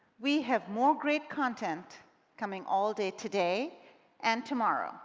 we have more great content coming all day today and tomorrow